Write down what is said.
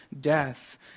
death